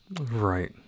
Right